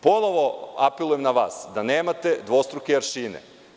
Ponovo apelujem na vas da nemate dvostruke aršine.